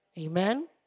Amen